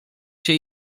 się